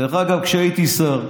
דרך אגב, כשהייתי שר,